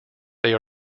they